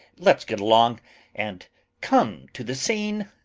let's get along and come to the scene.